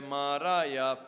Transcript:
Maraya